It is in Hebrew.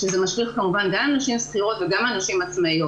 שזה משליך כמובן גם על נשים שכירות וגם על נשים עצמאיות.